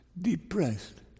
depressed